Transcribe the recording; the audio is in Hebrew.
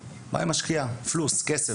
כסף.